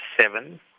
seven